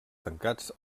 tancats